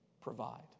provide